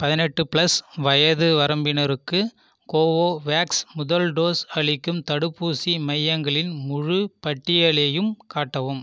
பதினெட்டு பிளஸ் வயது வரம்பினருக்கு கோவோவேக்ஸ் முதல் டோஸ் அளிக்கும் தடுப்பூசி மையங்களின் முழுப் பட்டியலையும் காட்டவும்